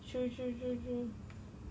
true true true true